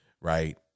Right